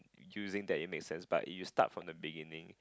using that it makes sense but if you start from the beginning